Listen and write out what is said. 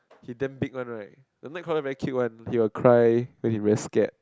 he damn big one right the Nightcrawler very cute one he will cry when he very scared